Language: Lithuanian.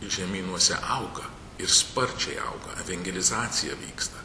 žemynuose auga ir sparčiai auga evangelizacija vyksta